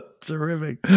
terrific